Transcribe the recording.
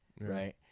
Right